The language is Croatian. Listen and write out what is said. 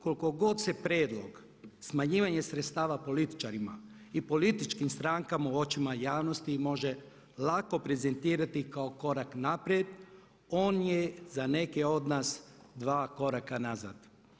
Koliko god se prijedlog smanjivanje sredstava političarima i političkim strankama u očima javnosti može lako prezentirati kao korak naprijed, on je za neke od nas dva koraka nazad.